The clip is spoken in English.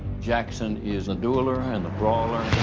jackson is a dueler and a brawler,